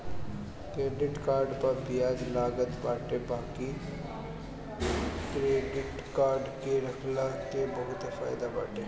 credit card पअ बियाज लागत बाटे बाकी क्क्रेडिट कार्ड के रखला के बहुते फायदा बाटे